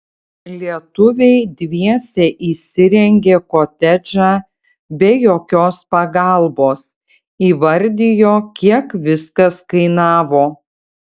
lietuviai dviese įsirengė kotedžą be jokios pagalbos įvardijo kiek viskas kainavo